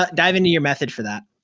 but dive into your method for that.